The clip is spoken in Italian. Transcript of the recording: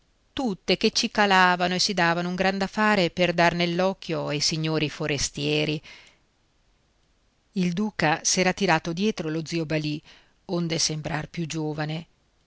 tutte che cicalavano e si davano un gran da fare per dar nell'occhio ai signori forestieri il duca s'era tirato dietro lo zio balì onde sembrar più giovane